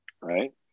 right